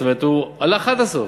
זאת אומרת, הוא הלך עד הסוף,